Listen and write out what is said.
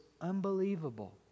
unbelievable